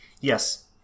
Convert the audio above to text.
Yes